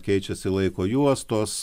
keičiasi laiko juostos